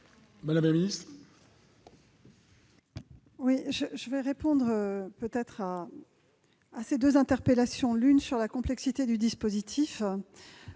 Mme la ministre.